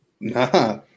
Nah